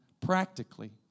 practically